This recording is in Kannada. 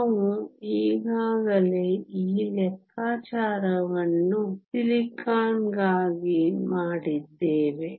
ನಾವು ಈಗಾಗಲೇ ಈ ಲೆಕ್ಕಾಚಾರವನ್ನು ಸಿಲಿಕಾನ್ಗಾಗಿ ಮಾಡಿದ್ದೇವೆ